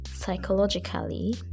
Psychologically